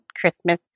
Christmas